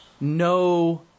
no